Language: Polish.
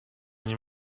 nie